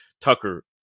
Tucker –